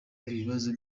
ibibazo